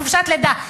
חופשת לידה,